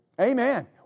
Amen